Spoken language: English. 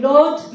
Lord